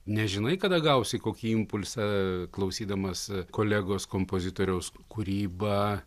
nežinai kada gausi kokį impulsą klausydamas kolegos kompozitoriaus kūrybą